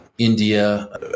India